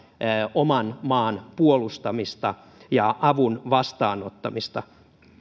oman maamme puolustamista ja avun vastaanottamista